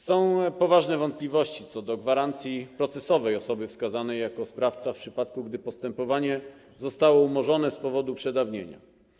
Są poważne wątpliwości co do gwarancji procesowej osoby wskazanej jako sprawca w przypadku, gdy postępowanie zostało umorzone z powodu przedawnienia.